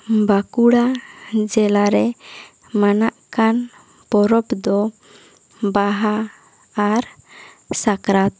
ᱵᱟᱸᱠᱩᱲᱟ ᱡᱮᱞᱟ ᱨᱮ ᱢᱟᱱᱟᱜ ᱠᱟᱱ ᱯᱚᱨᱚᱵᱽ ᱫᱚ ᱵᱟᱦᱟ ᱟᱨ ᱥᱟᱠᱨᱟᱛ